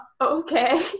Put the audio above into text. okay